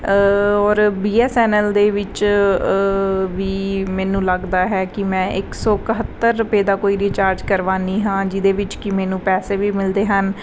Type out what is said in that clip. ਔਰ B S N L ਦੇ ਵਿੱਚ ਵੀ ਮੈਨੂੰ ਲੱਗਦਾ ਹੈ ਕਿ ਮੈਂ ਇੱਕ ਸੌ ਇਕਹੱਤਰ ਰੁਪਏ ਦਾ ਕੋਈ ਰਿਚਾਰਜ ਕਰਵਾਉਂਦੀ ਹਾਂ ਜਿਹਦੇ ਵਿੱਚ ਕਿ ਮੈਨੂੰ ਪੈਸੇ ਵੀ ਮਿਲਦੇ ਹਨ